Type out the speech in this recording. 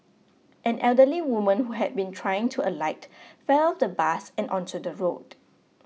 an elderly woman who had been trying to alight fell on the bus and onto the road